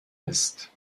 ist